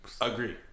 Agree